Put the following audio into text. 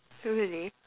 oh really